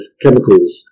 chemicals